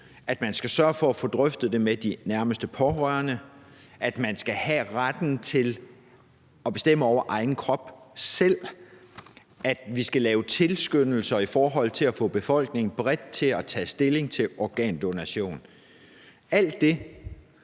at man skal sørge for at få drøftet det med de nærmeste pårørende, at man skal have retten til at bestemme over egen krop selv, og at vi skal lave tilskyndelser i forhold til at få befolkningen bredt til at tage stilling til organdonation. Alt det